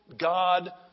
God